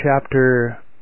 chapter